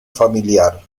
familiar